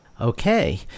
Okay